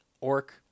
Orc